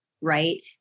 right